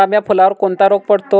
गुलाब या फुलावर कोणता रोग पडतो?